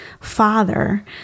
father